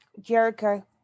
Jericho